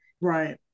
right